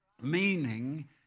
meaning